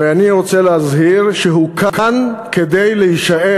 ואני רוצה להזהיר שהוא כאן כדי להישאר.